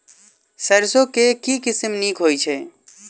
सैरसो केँ के किसिम नीक होइ छै?